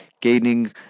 gaining